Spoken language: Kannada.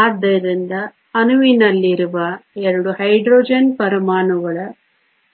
ಆದ್ದರಿಂದ ಅಣುವಿನಲ್ಲಿರುವ 2 ಹೈಡ್ರೋಜನ್ ಪರಮಾಣುಗಳ